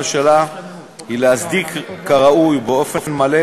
יושב-ראש ועדת הפנים והגנת הסביבה חבר הכנסת דוד אמסלם.